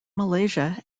malaysia